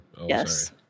Yes